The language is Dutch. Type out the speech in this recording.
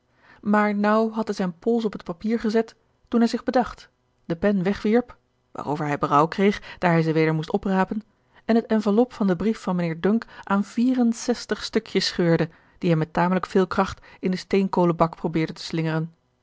naar naauw had hij zijn pols op het papier gezet toen hij zich bedacht de pen wegwierp waarover hij berouw kreeg daar hij ze weder moest oprapen en het enveloppe van den brief van mijnheer dunk aan vier en zestig stukjes scheurde die hij met tamelijk veel kracht in den steenkolenbak probeerde te slingeren